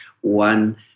one